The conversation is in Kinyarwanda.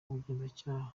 ubugenzacyaha